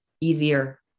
easier